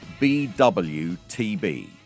BWTB